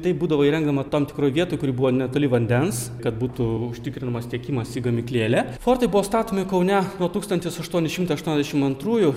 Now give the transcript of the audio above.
taip būdavo įrengdama tom tikroj vietoj kuri buvo netoli vandens kad būtų užtikrinamas tiekimas į gamyklėlę fortai buvo statomi kaune nuo tūkstantis aštuoni šimtai aštuoniasdešim antrųjų